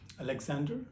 Alexander